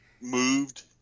moved